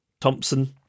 Thompson